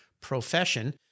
profession